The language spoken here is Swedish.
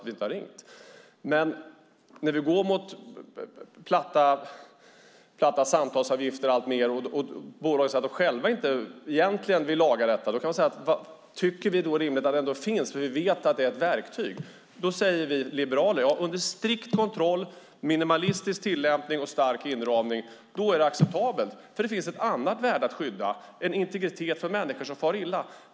Vi går alltmer mot platta samtalsavgifter. Bolagen säger att de själva egentligen inte vill lagra detta. Vi tycker då att det är rimligt att det ändå finns. Vi vet att det är ett verktyg. Vi liberaler säger att under strikt kontroll, minimalistisk tillämpning och stark inramning är det acceptabelt. Det finns ett annat värde att skydda. Det är integriteten för människor som far illa.